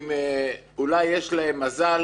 אולי יש להם מזל,